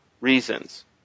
reasons